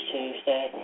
Tuesday